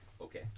Okay